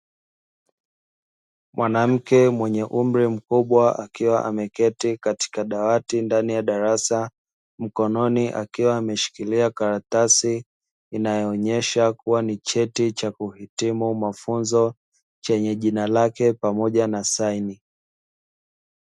Mwanamke mwenye umri mkubwa akiwa ameketi katika dawati ndani ya darasa, mkononi akiwa ameshikilia karatasi inayoonyesha kuwa ni cheti cha kuhitimu mafunzo chenye jina lake, pamoja na saini.